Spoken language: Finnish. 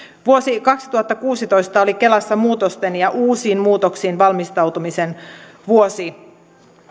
vuosi kaksituhattakuusitoista oli kelassa muutosten ja uusiin muutoksiin valmistautumisen vuosi